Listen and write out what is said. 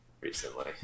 recently